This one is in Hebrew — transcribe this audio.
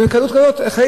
ובקלות כזאת.